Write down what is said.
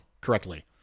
correctly